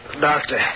Doctor